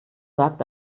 sagt